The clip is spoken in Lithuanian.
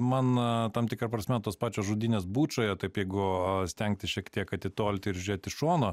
man tam tikra prasme tos pačios žudynės bučioje taip jeigu stengtis šiek tiek atitolti ir žiūrėt iš šono